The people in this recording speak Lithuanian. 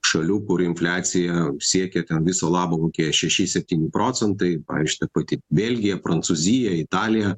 šalių kur infliacija siekė viso labo kokie šeši septyni procentai pavyzdžiui ta pati belgija prancūzija italija